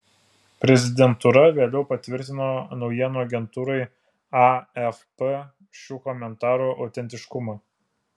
prezidentūra vėliau patvirtino naujienų agentūrai afp šių komentarų autentiškumą